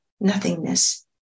nothingness